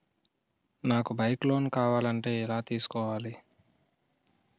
నాకు bike loan కావాలంటే ఎలా తీసుకోవాలి?